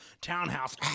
Townhouse